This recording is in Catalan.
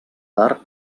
tard